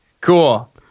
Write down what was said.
Cool